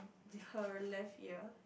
her left ear